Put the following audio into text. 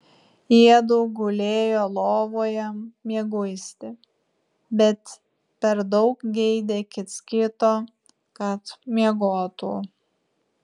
jiedu gulėjo lovoje mieguisti bet per daug geidė kits kito kad miegotų